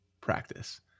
practice